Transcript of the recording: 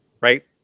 right